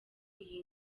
iyi